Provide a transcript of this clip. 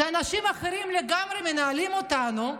אנשים אחרים לגמרי מנהלים אותנו.